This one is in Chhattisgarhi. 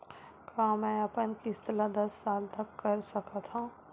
का मैं अपन किस्त ला दस साल तक कर सकत हव?